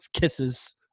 kisses